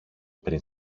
πριν